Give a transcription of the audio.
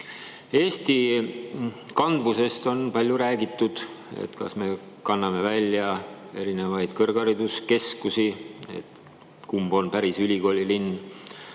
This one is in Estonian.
Eesti kandvusest on palju räägitud. Kas me kanname välja erinevaid kõrghariduskeskusi? Kumb on päris ülikoolilinn,